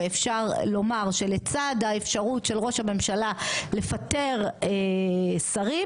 ואפשר לומר שלצד האפשרות של ראש הממשלה לפטר שרים,